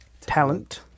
talent